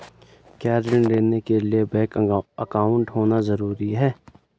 क्या ऋण लेने के लिए बैंक अकाउंट होना ज़रूरी है?